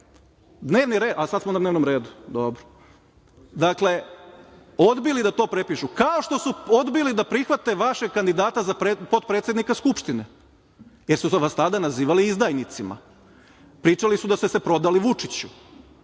red? A sad smo na dnevnom redu? Dobro. Dakle, odbili da to potpišu, kao što su odbili da prihvate vašeg kandidata za potpredsednika Skupštine, jer su vas tada nazivali izdajnicima. Pričali su da ste se prodali Vučiću,